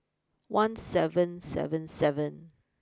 one seven seven seven